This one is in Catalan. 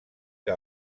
que